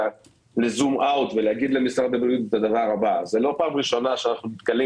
לזום אאוט ולומר למשרד הבריאות ככה: זה לא פעם ראשונה שאנחנו נתקלים